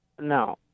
No